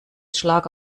schlag